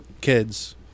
kids